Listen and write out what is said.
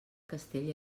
castell